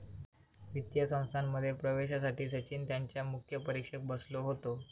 वित्तीय संस्थांमध्ये प्रवेशासाठी सचिन त्यांच्या मुख्य परीक्षेक बसलो होतो